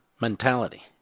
mentality